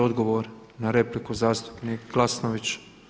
Odgovor na repliku zastupnik Glasnović.